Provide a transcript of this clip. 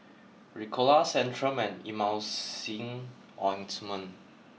Ricola Centrum and Emulsying Ointment